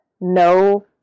no